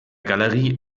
galerie